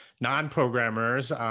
non-programmers